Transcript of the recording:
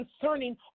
concerning